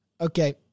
Okay